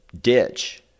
ditch